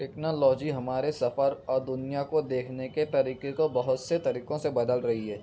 technology ہمارے سفر اور دنیا کو دیکھنے کے طریقے کو بہت سے طریقوں سے بدل رہی ہے